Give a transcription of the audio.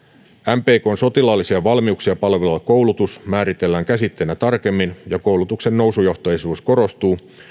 mpkn sotilaallisia valmiuksia palveleva koulutus määritellään käsitteenä tarkemmin ja koulutuksen nousujohteisuus korostuu